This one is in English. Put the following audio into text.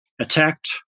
attacked